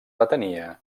atenia